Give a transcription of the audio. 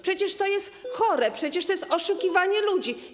Przecież to jest chore, przecież to jest oszukiwanie ludzi.